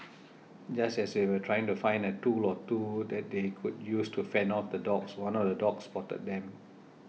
just as they were trying to find a tool or two that they could use to fend off the dogs one of the dogs spotted them